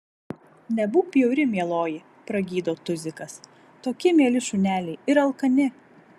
nebūk bjauri mieloji pragydo tuzikas tokie mieli šuneliai ir alkani